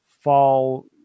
fall